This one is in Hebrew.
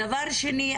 דבר שני,